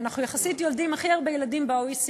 אנחנו יולדים יחסית הכי הרבה ילדים ב-OECD,